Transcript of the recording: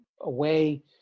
away